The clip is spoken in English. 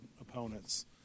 opponents